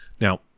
now